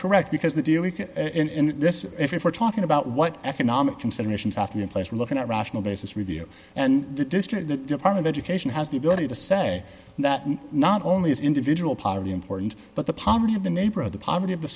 correct because the dealing in this if we're talking about what economic considerations often in place are looking at rational basis review and the district that department education has the ability to say that not only is individual poverty important but the poverty of the neighborhood the poverty of the